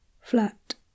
Flat